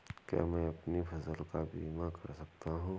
क्या मैं अपनी फसल का बीमा कर सकता हूँ?